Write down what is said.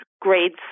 grades